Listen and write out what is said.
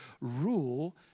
rule